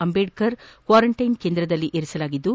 Ambedkar quarantine ಕೇಂದ್ರದಲ್ಲಿ ಇರಿಸಲಾಗಿದ್ದು